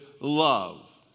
love